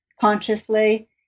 consciously